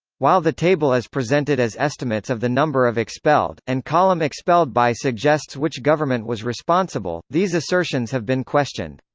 while the table is presented as estimates of the number of expelled, and column expelled by suggests which government was responsible, these assertions have been questioned.